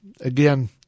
again